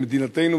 למדינתנו,